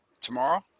tomorrow